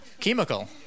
chemical